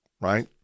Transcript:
right